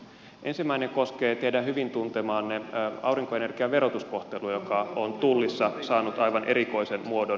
ensimmäinen koskee teidän hyvin tuntemaanne aurinkoenergian verotuskohtelua joka on tullissa saanut aivan erikoisen muodon